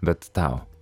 bet tau